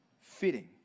fitting